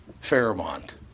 Fairmont